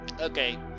Okay